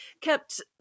kept